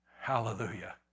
Hallelujah